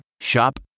Shop